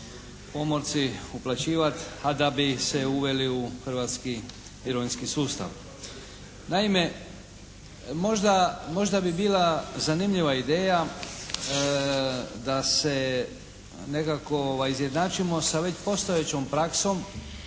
pomorci uplaćivati, a da bi se uveli u hrvatski mirovinski sustav. Naime, možda bi bila zanimljiva ideja da se nekako izjednačimo sa već postojećom praksom